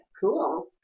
Cool